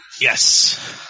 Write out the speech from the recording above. Yes